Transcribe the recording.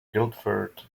guildford